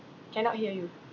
cannot hear you